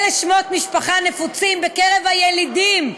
אלה שמות משפחה נפוצים בקרב הילידים,